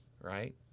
right